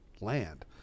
land